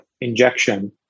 injection